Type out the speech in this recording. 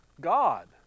God